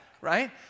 right